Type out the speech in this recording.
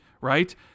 right